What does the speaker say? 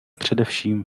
především